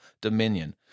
dominion